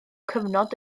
cyfnod